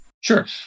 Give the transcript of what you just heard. Sure